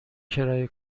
کرایه